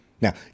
Now